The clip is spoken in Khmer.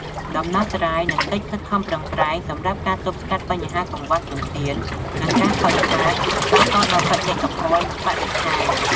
ដំណោះស្រាយ និងកិច្ចខិតខំប្រឹងប្រែង សម្រាប់ការទប់ស្កាត់បញ្ហាកង្វះធនធាន និងការខូចខាត ប៉ះពាល់ដល់បេតិកភណ្ឌ និងបរិស្ថាន ។